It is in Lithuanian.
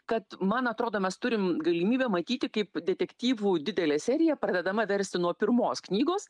kad man atrodo mes turim galimybę matyti kaip detektyvų didelė serija pradedama versti nuo pirmos knygos